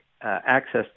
access